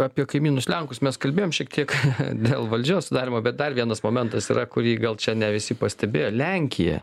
apie kaimynus lenkus mes kalbėjom šiek tiek dėl valdžios sudarymo bet dar vienas momentas yra kurį gal čia ne visi pastebėjo lenkija